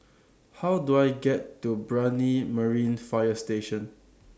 How Do I get to Brani Marine Fire Station